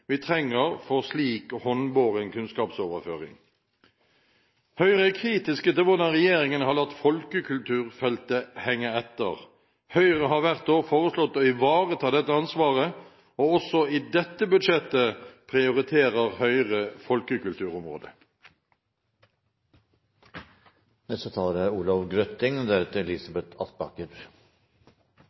vi trenger for slik håndbåren kunnskapsoverføring. Høyre er kritiske til hvordan regjeringen har latt folkekulturfeltet henge etter. Høyre har hvert år foreslått å ivareta dette ansvaret. Også i dette budsjettet prioriterer Høyre folkekulturområdet. De senere årene er